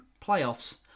playoffs